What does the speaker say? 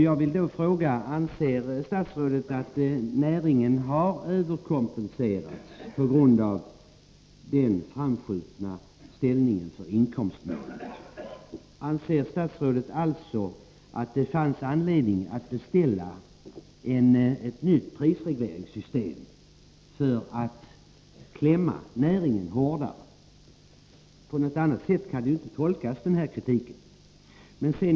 Jag vill då fråga: Anser statsrådet att näringen har överkompenserats på grund av den här prioriteringen? Anser statsrådet alltså att det fanns anledning att beställa ett nytt prisregleringssystem för att klämma näringen hårdare? På något annat sätt kan inte den här kritiken tolkas.